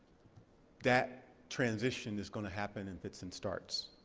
that transition is going to happen in fits and starts.